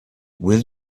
will